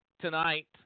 tonight